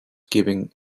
giving